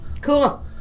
Cool